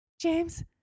James